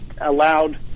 allowed